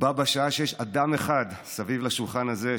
בשעה שיש אדם אחד סביב לשולחן הזה,